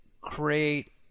create